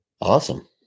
Awesome